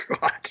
God